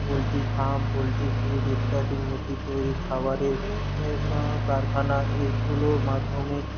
poultry farm poultry feed ইত্যাদির মুরগী তৈরি খাবারের কারখানা এগুলোর মাধ্যমে